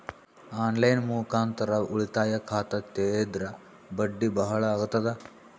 On line ಮುಖಾಂತರ ಉಳಿತಾಯ ಖಾತ ತೇರಿದ್ರ ಬಡ್ಡಿ ಬಹಳ ಅಗತದ?